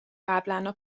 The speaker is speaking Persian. قبلاًها